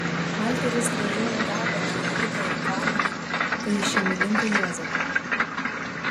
valteris gręžiojo galvą tai į idą ir karolį tai į šeimininką juozapą